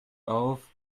auf